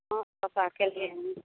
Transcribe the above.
हाँ पता केलियैहँ